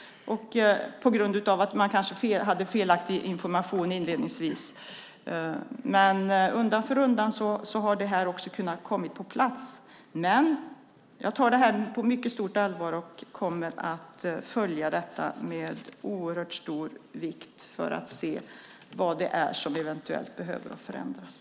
Man kanske gav felaktig information inledningsvis. Undan för undan har det här kunnat komma på plats. Men jag tar det här på mycket stort allvar och kommer att följa det mycket noga för att se vad som eventuellt behöver förändras.